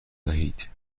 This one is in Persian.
دهید